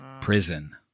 Prison